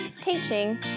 teaching